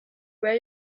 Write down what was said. where